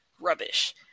rubbish